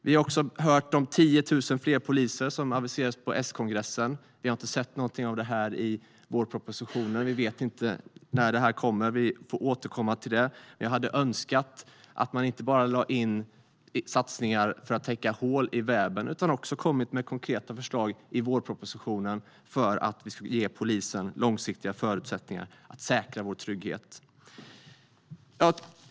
Vi har också hört om 10 000 fler poliser, som aviserades på S-kongressen. Vi har inte sett något om detta i vårpropositionen och vet inte när det kommer. Vi får återkomma till det. Men jag hade önskat att man inte bara gjorde satsningar för att täcka hål i väven, utan att man också kom med konkreta förslag i vårpropositionen för att ge polisen långsiktiga förutsättningar att säkra vår trygghet.